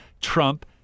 Trump